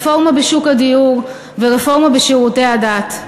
רפורמה בשוק הדיור ורפורמה בשירותי הדת.